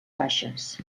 baixes